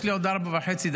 יש לי עוד ארבע דקות וחצי,